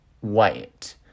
white